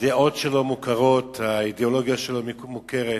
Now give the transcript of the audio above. הדעות שלו מוכרות, האידיאולוגיה שלו מוכרת,